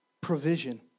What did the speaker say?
provision